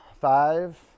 five